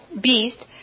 beast